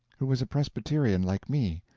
who was a presbyterian like me,